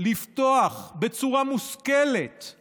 לפתוח בצורה מושכלת את